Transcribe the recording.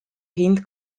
hind